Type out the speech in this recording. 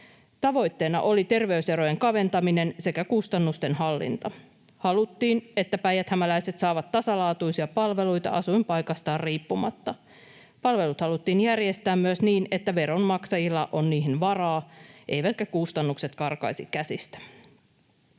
Tavoitteena oli terveyserojen kaventaminen sekä kustannusten hallinta. Haluttiin, että päijäthämäläiset saavat tasalaatuisia palveluita asuinpaikastaan riippumatta. Palvelut haluttiin järjestää myös niin, että veronmaksajilla on niihin varaa eivätkä kustannukset karkaisi käsistä.